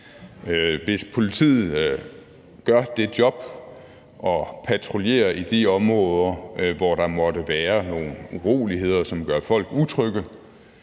Hvis politiet gør det job og patruljerer i de områder, hvor der måtte være nogle uroligheder, som gør folk utrygge,